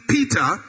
Peter